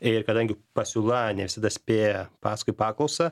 ir kadangi pasiūla ne visada spėja paskui paklausą